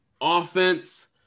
offense